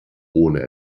ohne